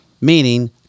Meaning